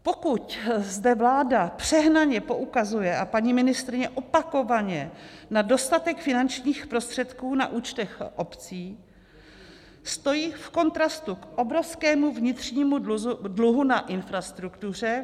Pokud zde vláda přehnaně poukazuje, a paní ministryně opakovaně, na dostatek finančních prostředků na účtech obcí, stojí v kontrastu k obrovskému vnitřnímu dluhu na infrastruktuře.